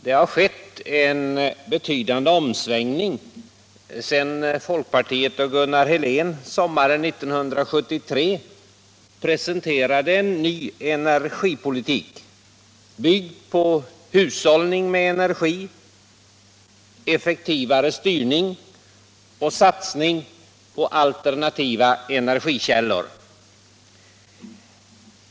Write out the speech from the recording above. Det har skett en betydande omsvängning sedan folkpartiet och Gunnar Helén sommaren 1973 presenterade en ny energipolitik, byggd på hushållning med energi, effektivare styrning och satsning på alternativa energikällor.